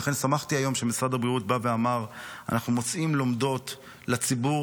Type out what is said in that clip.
לכן שמחתי היום שמשרד הבריאות בא ואמר: אנחנו מוציאים לומדות לציבור,